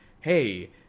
Hey